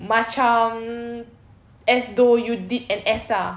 macam as though you did an E_S_S_A